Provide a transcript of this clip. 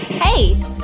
Hey